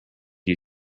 you